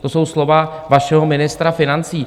To jsou slova vašeho ministra financí.